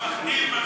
מפחדים.